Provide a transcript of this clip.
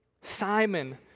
Simon